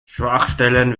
schwachstellen